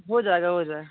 हो जाएगा हो जाए